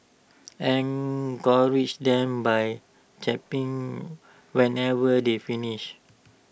encourage them by clapping whenever they finish